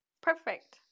perfect